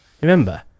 remember